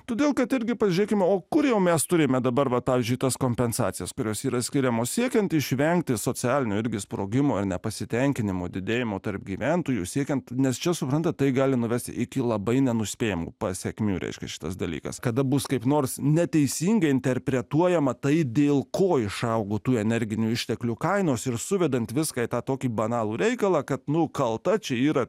todėl kad irgi pažiūrėkime kur jau mes turime dabar va pavyzdžiui tas kompensacijas kurios yra skiriamos siekiant išvengti socialinio irgi sprogimo ar nepasitenkinimo didėjimo tarp gyventojų siekiant nes čia supranta tai gali nuvesti iki labai nenuspėjamų pasekmių reiškia šitas dalykas kada bus kaip nors neteisingai interpretuojama tai dėl ko išaugo tų energinių išteklių kainos ir suvedant viską į tą tokį banalų reikalą kad nu kalta čia yra